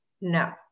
No